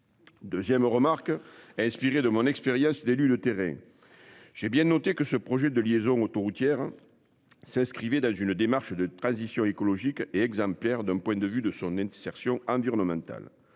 2ème remarque est inspiré de mon expérience d'élue de terrain. J'ai bien noté que ce projet de liaison autoroutière. S'inscrivait dans une démarche de transition écologique est exemplaire d'un point de vue de son insertion induire le mental